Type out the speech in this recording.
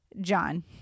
John